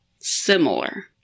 similar